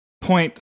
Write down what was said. point